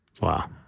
Wow